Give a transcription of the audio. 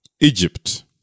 Egypt